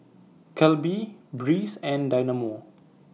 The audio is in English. Calbee Breeze and Dynamo